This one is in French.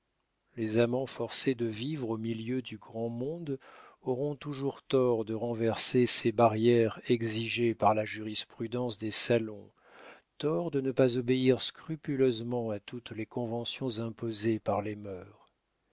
les amants forcés de vivre au milieu du grand monde auront toujours tort de renverser ces barrières exigées par la jurisprudence des salons tort de ne pas obéir scrupuleusement à toutes les conventions imposées par les mœurs